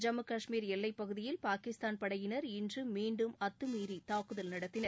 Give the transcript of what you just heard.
ஜம்மு காஷ்மீர் எல்லைப் பகுதியில் பாகிஸ்தான் படையினர் இன்று மீண்டும் அத்தமீநி தாக்குதல் நடத்தின்